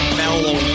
mellow